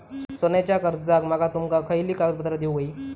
सोन्याच्या कर्जाक माका तुमका खयली कागदपत्रा देऊक व्हयी?